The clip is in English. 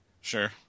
Sure